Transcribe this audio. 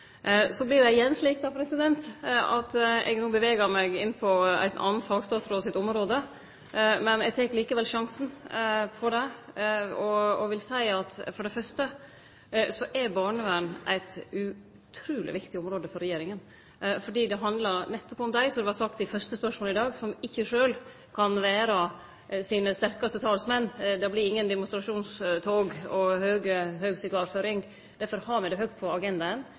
Så vert det igjen slik at eg no bevegar meg inn på ein annan fagstatsråd sitt område, men eg tek likevel sjansen på det. Eg vil seie at barnevern er eit utruleg viktig område for regjeringa, nettopp fordi det handlar om dei – som det vart sagt i hovudspørsmålet i dag – som ikkje sjølve er sin sterkaste talsmann. Det vert ikkje noko demonstrasjonstog og høg sigarføring. Derfor har me det høgt på